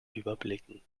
überblicken